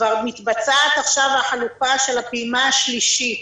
כבר מתבצעת עכשיו החלוקה של הפעימה השלישית.